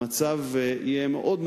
המצב יהיה קשה מאוד,